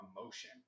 emotion